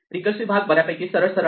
recursive भाग बऱ्यापैकी सरळ सरळ आहे